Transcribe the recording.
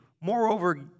Moreover